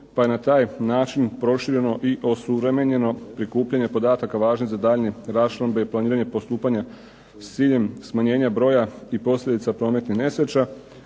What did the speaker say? pa je na taj način prošireno i osuvremenjeno prikupljanje podataka važne za daljnje raščlambe planiranja i postupanja s ciljem smanjenja broja i posljedica prometnih nesreća,